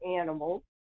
animals